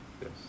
Yes